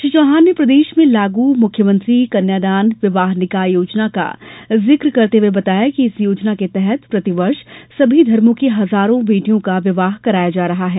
श्री चौहान ने प्रदेश में लागू मुख्यमंत्री कन्यादान विवाह निकाह योजना का जिक करते हुए बताया कि इस योजना के तहत प्रतिवर्ष सभी धर्मों की हजारों बेटियों का विवाह कराया जा रहा है